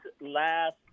last